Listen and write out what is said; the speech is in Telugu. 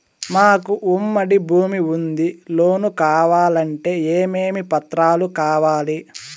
మాకు ఉమ్మడి భూమి ఉంది లోను కావాలంటే ఏమేమి పత్రాలు కావాలి?